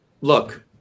look